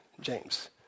James